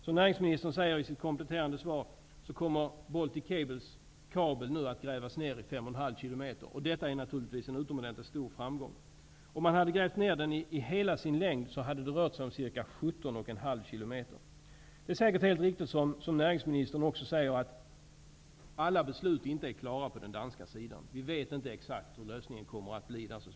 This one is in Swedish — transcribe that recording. Som näringsministern sade i sitt kompletterande svar kommer Baltic Cables kabel nu att grävas ned i 5,5 km, och detta är naturligtvis en utomordentligt stor framgång. Om man hade grävt ned den i hela dess längd hade det rört sig om ca 17,5 km. Det är säkert också helt riktigt, som näringsministern säger, att alla beslut på den danska sidan ännu inte är klara. Vi vet inte exakt hur lösningen där kommer att bli.